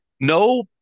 No